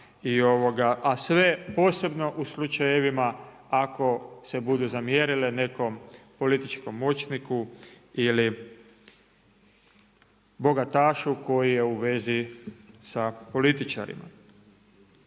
a sve posebno u slučajevima ako se budu zamjerile nekom političkom moćniku ili bogatašu koji je u vezi sa političarima.